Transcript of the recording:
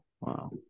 Wow